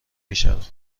میشود